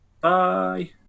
bye